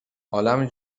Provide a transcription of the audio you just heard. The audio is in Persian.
عالم